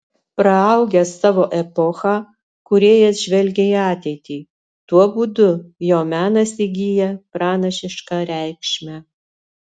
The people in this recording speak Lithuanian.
praaugęs savo epochą kūrėjas žvelgia į ateitį tuo būdu jo menas įgyja pranašišką reikšmę